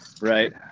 Right